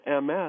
MS